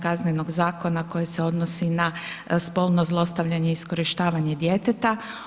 Kaznenog zakona koji se odnosi na spolno zlostavljanje i iskorištavanje djeteta.